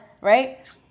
right